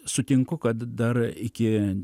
sutinku kad dar iki